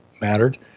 mattered